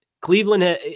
Cleveland